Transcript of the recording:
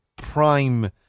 prime